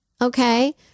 okay